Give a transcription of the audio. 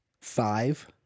Five